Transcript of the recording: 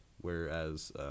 whereas